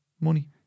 money